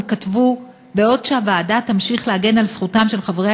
הם כתבו: "בעוד הוועדה תמשיך להגן על זכותם של חברי